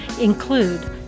include